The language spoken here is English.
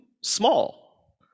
small